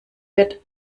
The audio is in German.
wird